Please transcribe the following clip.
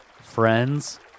friends